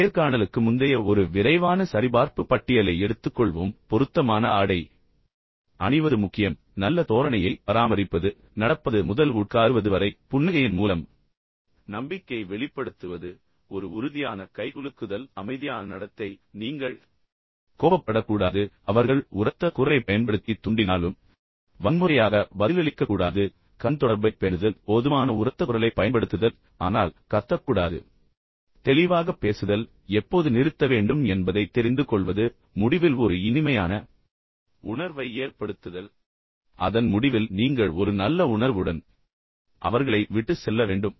நேர்காணலுக்கு முந்தைய ஒரு விரைவான சரிபார்ப்பு பட்டியலை எடுத்துக்கொள்வோம் பொருத்தமான ஆடை அணிவது முக்கியம் நல்ல தோரணையை பராமரிப்பது நடப்பது முதல் உட்காருவது வரை புன்னகையின் மூலம் நம்பிக்கையை வெளிப்படுத்துவது ஒரு உறுதியான கைகுலுக்குதல் நிதானமான மற்றும் அமைதியான நடத்தை நீங்கள் கோபப்படக்கூடாது நீங்கள் எரிச்சலடையக்கூடாது அவர்கள் உரத்த குரலைப் பயன்படுத்தி தூண்ட முயற்சித்தாலும் வன்முறையாக பதிலளிக்க கூடாது கண் தொடர்பைப் பேணுதல் போதுமான உரத்த குரலைப் பயன்படுத்துதல் ஆனால் கத்தக்கூடாது மற்றும் தெளிவாகப் பேசுதல் எப்போது நிறுத்த வேண்டும் என்பதைத் தெரிந்துகொள்வது முடிவில் ஒரு இனிமையான உணர்வை ஏற்படுத்துதல் இது ஒரு திறவுகோல் நீங்கள் தொடங்கிய உற்சாகத்தை நீங்கள் முடிவுக்குக் கொண்டுவர வேண்டும் அதன் முடிவில் நீங்கள் ஒரு நல்ல உணர்வுடன் அவர்களை விட்டுச் செல்ல வேண்டும்